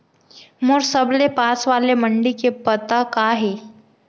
मोर सबले पास वाले मण्डी के पता का हे?